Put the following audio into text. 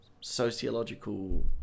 sociological